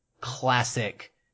classic